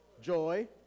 joy